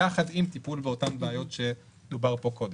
יחד עם טיפול באותן בעיות שדוברו פה קודם.